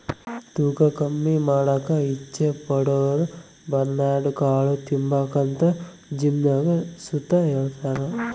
ತೂಕ ಕಮ್ಮಿ ಮಾಡಾಕ ಇಚ್ಚೆ ಪಡೋರುಬರ್ನ್ಯಾಡ್ ಕಾಳು ತಿಂಬಾಕಂತ ಜಿಮ್ನಾಗ್ ಸುತ ಹೆಳ್ತಾರ